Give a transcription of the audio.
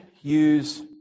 use